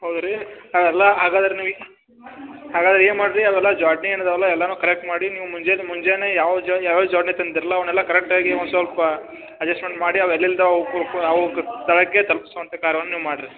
ಸರಿ ಅವೆಲ್ಲ ಹಾಗಾದ್ರೆ ನೀವು ಹಾಗದರೆ ಏನು ಮಾಡ್ರಿ ಅವೆಲ್ಲ ಜೊಡ್ನಿ ಏನಿದಾವು ಅಲ್ಲ ಎಲ್ಲನು ಕಲೆಕ್ಟ್ ಮಾಡಿ ನೀವು ಮುಂಜನೆ ಮುಂಜಾನೆ ಯಾವ ಯಾವ ಜೊಡ್ನೆ ತಂದಿರ್ಲ ಅವನ್ನೆಲ್ಲ ಕರೆಕ್ಟಾಗಿ ಒಂಸೊಲ್ಪ ಅಡ್ಜಸ್ಟ್ಮೆಂಟ್ ಮಾಡಿ ಅವ ಎಲ್ಲೆಲ್ಲಿ ಇದ್ದವು ಅವಕ್ಕ ಅವಕ್ಕ ಸ್ಥಳಕ್ಕೆ ತಲ್ಪಿಸುವಂತೆ ಕಾರ್ಯವನ್ನ ನೀವು ಮಾಡ್ರಿ